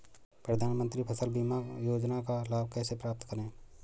प्रधानमंत्री फसल बीमा योजना का लाभ कैसे प्राप्त करें?